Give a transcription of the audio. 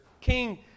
King